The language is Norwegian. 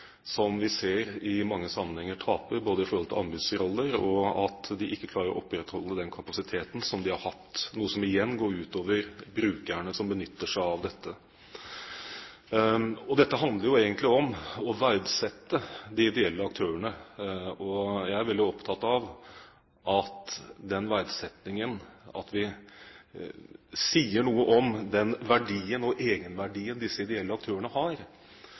som vi ser i mange sammenhenger taper både i forhold til anbudsroller og ved at de ikke klarer å opprettholde den kapasiteten som de har hatt, noe som igjen går ut over brukerne som benytter seg av dette. Dette handler jo egentlig om å verdsette de ideelle aktørene, og jeg er veldig opptatt av den verdsettingen, at vi sier noe om den verdien og egenverdien disse ideelle aktørene har.